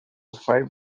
five